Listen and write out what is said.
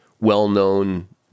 well-known